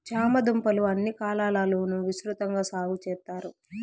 చామ దుంపలు అన్ని కాలాల లోనూ విసృతంగా సాగు చెత్తారు